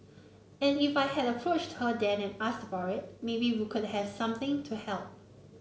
and if I had approached her then and asked about it maybe we could have something to help